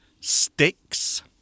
Sticks